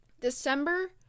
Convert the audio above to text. December